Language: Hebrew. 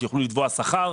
שיוכלו לתבוע שכר.